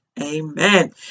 Amen